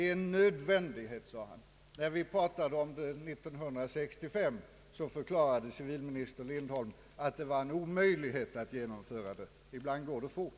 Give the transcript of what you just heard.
När vi debatterade samma sak år 1965 förklarade civilminister Lindholm att det var en omöjlighet att genomföra den. Ibland går det fort.